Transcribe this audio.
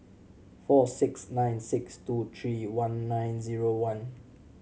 four six nine six two three one nine zero one